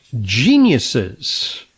geniuses